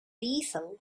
diesel